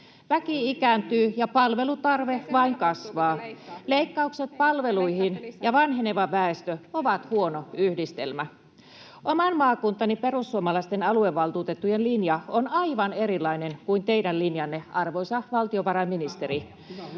Väki ikääntyy ja palvelutarve vain kasvaa. Leikkaukset palveluihin ja vanheneva väestö ovat huono yhdistelmä. Oman maakuntani perussuomalaisten aluevaltuutettujen linja on aivan erilainen kuin teidän linjanne, arvoisa valtiovarainministeri.